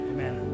Amen